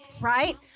Right